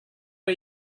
are